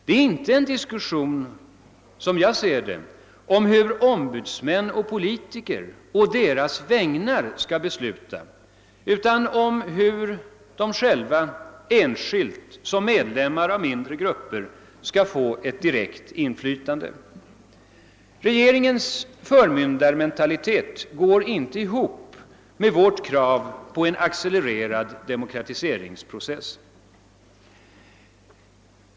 Det är inte som jag ser det en diskussion om hur ombudsmän och politiker på de anställdas vägnar skall besluta utan om hur de själva enskilt, som medlemmar av mindre grupper, skall få ett direkt inflytande. Regeringens förmyndarmentalitet går inte ihop med vårt krav på en accelererad demokratiseringspro Cess.